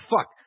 Fuck